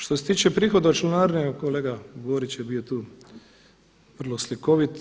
Što se tiče prihoda od članarine kolega Borić je bio tu vrlo slikovit.